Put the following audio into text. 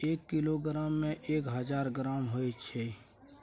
एक किलोग्राम में एक हजार ग्राम होय छै